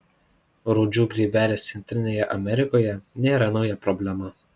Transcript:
rūdžių grybelis centrinėje amerikoje nėra nauja problema